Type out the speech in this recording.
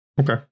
Okay